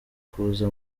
kuza